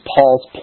Paul's